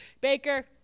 Baker